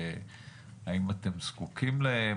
האם אתם זקוקים להם,